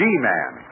G-Man